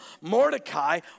Mordecai